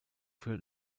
für